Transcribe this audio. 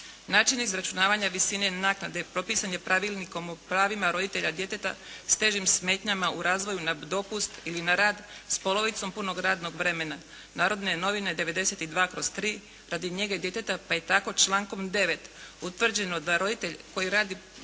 Način izračunavanja visine naknade propisan je Pravilnikom o pravima roditelja djeteta s težim smetnjama u razvoju na dopust ili na rad s polovicom punog radnog vremena "Narodne novine" 92/3, radi njege djeteta. Pa je tako člankom 9. utvrđeno da roditelj koji radi